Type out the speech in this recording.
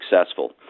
successful